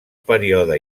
període